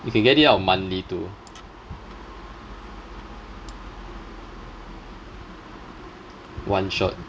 you can get it out monthly too one shot